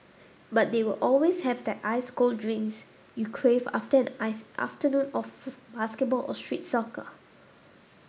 but they will always have that ice cold drinks you crave after an ice afternoon of basketball or street soccer